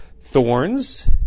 thorns